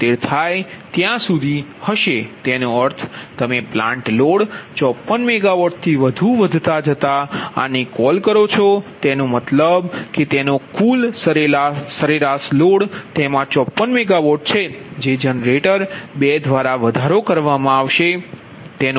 76 થાય ત્યાં સુધી તેનો અર્થ તમે પ્લાન્ટ લોડ 54 મેગાવોટથી વધુ વધતા જતા આને કોલ કરો છો તેનો મતલબ કે તેનો કુલ સરેરાશ લોડ તેમાં 54 મેગાવોટ છે જે જનરેટર 2 દ્વારા વધારો કરવામાં આવશે